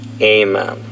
Amen